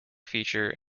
feature